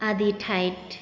আদি ঠাইত